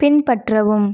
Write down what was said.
பின்பற்றவும்